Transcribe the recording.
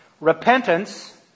Repentance